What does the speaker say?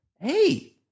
Hey